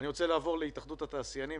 אני רוצה לעבור להתאחדות התעשיינים,